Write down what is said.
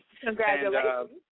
Congratulations